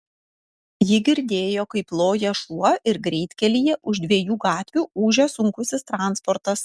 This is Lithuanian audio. ji girdėjo kaip loja šuo ir greitkelyje už dviejų gatvių ūžia sunkusis transportas